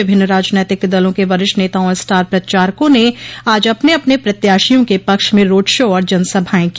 विभिन्न राजनैतिक दलों के वरिष्ठ नेताओं और स्टार प्रचारकों ने आज अपने अपने प्रत्याशियों के पक्ष में रोड शो और जनसभाएं की